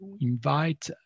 invite